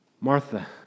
Martha